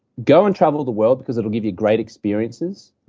go and travel the world because it'll give you great experiences,